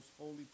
holy